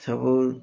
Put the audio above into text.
ସବୁ